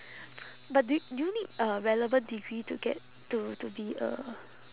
but do you do you need a relevant degree to get to to be a